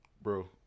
Bro